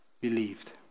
believed